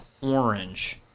orange